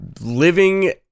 living